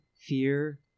fear